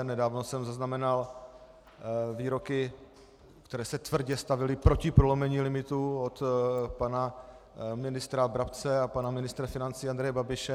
Nedávno jsem zaznamenal výroky, které se tvrdě stavěly proti prolomení limitů od pana ministra Brabce a pana ministra financí Andreje Babiše.